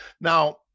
now